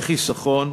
לחיסכון,